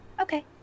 Okay